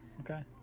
Okay